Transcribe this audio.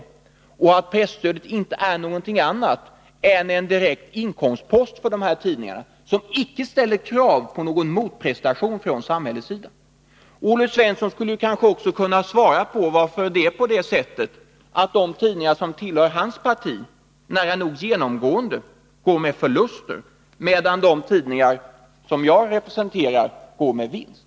Menar Olle Svensson att presstödet inte är någonting annat än en direkt inkomstpost för dessa tidningar, som icke ställer krav från samhällets sida på någon motprestation? Olle Svensson skulle kanske också kunna förklara varför de tidningar som tillhör hans parti nära nog genomgående går med förlust, medan de tidningar som jag representerar går med vinst.